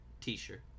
t-shirt